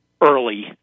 early